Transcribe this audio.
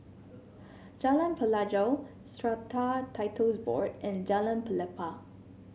Jalan Pelajau Strata Titles Board and Jalan Pelepah